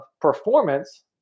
performance